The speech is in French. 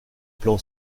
plan